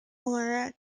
similar